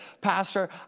Pastor